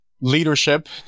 leadership